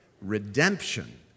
Redemption